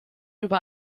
über